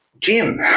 Jim